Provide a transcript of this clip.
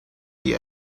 the